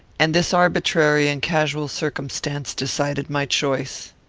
and this arbitrary and casual circumstance decided my choice.